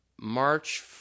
March